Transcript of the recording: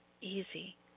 easy